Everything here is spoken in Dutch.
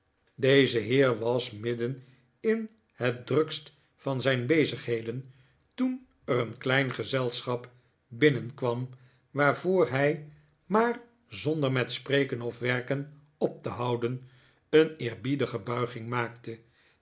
deze heer was midden in het drukst van zijn bezigheden toen er een klein gezelschap binnenkwam waarvoor hij maar zonder met spreken of werken op te houden een eerbiedige buiging maakte